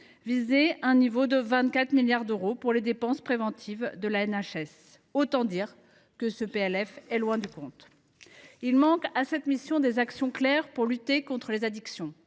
visait un niveau de 24 milliards d’euros pour les dépenses de cet ordre du (NHS). Autant dire que ce PLF est loin du compte ! Il manque à cette mission des actions claires pour lutter contre les addictions.